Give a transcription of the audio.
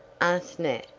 asked nat,